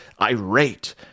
irate